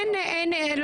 מאה אחוז, תודה.